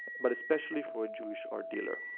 but especially for a jewish art dealer.